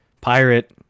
pirate